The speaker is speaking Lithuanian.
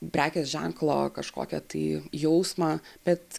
prekės ženklo kažkokią tai jausmą bet